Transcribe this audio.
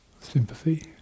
sympathy